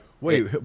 Wait